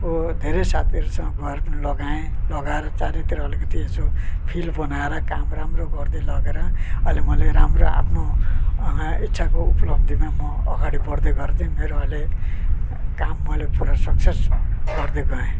धेरै साथीहरूसँग गएर पनि लगाए लगाएर चारैतिर अलिकति यसो फिल्ड बनाएर काम राम्रो गर्दे लगेर अहिले मैले राम्रो आफ्नो इच्छाको उपलब्धिमा म अगाडि बढ्दै गएर चाहिँ मेरो अहिले काम मैले पुरा सक्सेस गर्दै गएँ